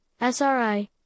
SRI